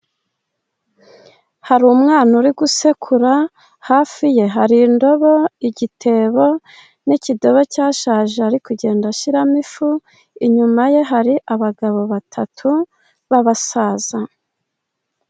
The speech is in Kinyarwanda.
Hari umwana uri gusekura, hafi ye hari indobo, igitebo, n'ikidobo cyashaje ari kugenda ashyiramo ifu, inyuma ye hari abagabo batatu b'abasaza.